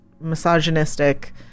misogynistic